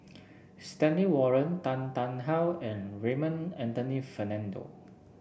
Stanley Warren Tan Tarn How and Raymond Anthony Fernando